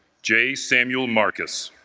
j samuel marcus